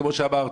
כמו שאמרתי,